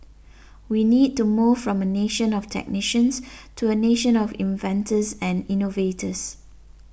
we need to move from a nation of technicians to a nation of inventors and innovators